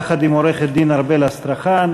יחד עם עורכת-הדין ארבל אסטרחן,